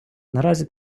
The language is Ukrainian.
наразі